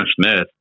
Smith